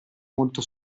molto